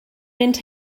mynd